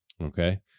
Okay